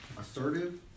assertive